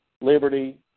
Liberty